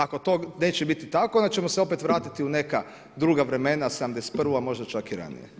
Ako to neće biti tako onda ćemo se opet vratiti u neka druga vremena '71., a možda čak i ranije.